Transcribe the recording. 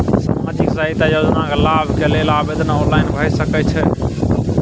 सामाजिक सहायता योजना के लाभ के लेल आवेदन ऑनलाइन भ सकै छै?